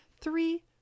Three